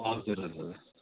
हजुर हजुर त्योहरू चाहिँ